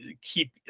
keep